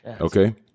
Okay